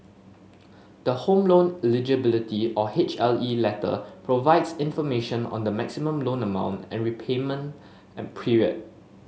the Home Loan Eligibility or H L E letter provides information on the maximum loan amount and repayment an period